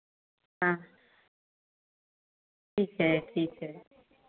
हाँ ठीक है ठीक है